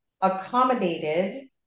accommodated